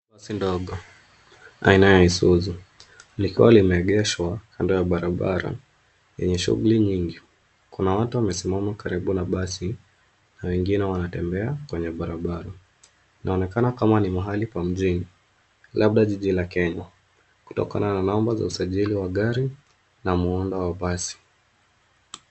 Basi ndogo aina ya cs[Isuzu]cs, likiwa limeegeshwa kando ya barabara yenye shuguli nyingi. Kuna watu wamesimama karibu na basi na wengine wanatembea kwenye barabara. Inaonekana kama ni mahali pa mjini, labda jiji la Kenya kutokana na namba za usajili wa gari na muundo wa basi.